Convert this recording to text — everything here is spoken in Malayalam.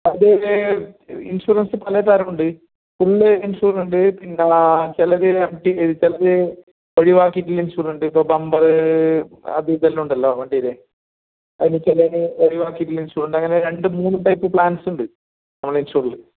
അത് ഇൻഷുറൻസ് പല തരമുണ്ട് ഫുൾ ഇൻഷുർ ഉണ്ട് പിന്നെ ചില ചില അപ്പ്ഡേറ്റ് ഒഴിവാക്കിയിട്ടുള്ള ഇൻഷുർ ഉണ്ട് ഇപ്പോൾ ബമ്പർ അതും ഇതെല്ലാം ഉണ്ടല്ലോ വണ്ടിയുടെ അതിന് ചിലതിന് ഒഴിവാക്കിയിട്ടുള്ള ഇൻഷുർ രണ്ട് മൂന്ന് ടൈപ്പ് പ്ലാൻസ് ഉണ്ട് നമ്മുടെ ഇൻഷുറിൽ